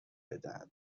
بدهد